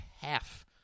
half